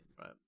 right